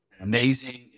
amazing